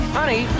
Honey